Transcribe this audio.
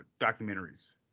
documentaries